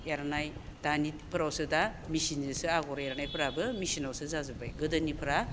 एरनाय दानिफोरावसो दा मेचिनजोंसो आगर एरनायफोराबो मेचिनावसो जाजोब्बाय गोदोनिफ्रा